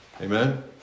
amen